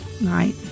Right